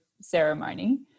ceremony